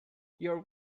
your